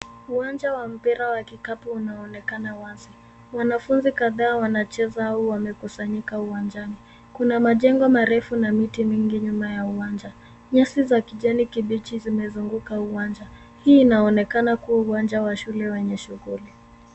Uwanja wa mpira wa kikapu unaonekana wazi, wanafunzi kadhaa wanacheza au wamekusanyika uwanjani. Kuna majengo marefu na miti mingi nyuma ya uwanja, nyasi za kijani kibichi zimezunguka uwanja. Hii inaonekana kuwa uwanja wa shule wenye shuguli.